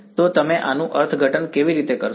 તો તમે આનું અર્થઘટન કેવી રીતે કરશો